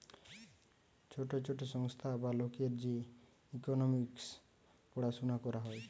ছোট ছোট সংস্থা বা লোকের যে ইকোনোমিক্স পড়াশুনা করা হয়